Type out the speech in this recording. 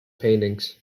paintings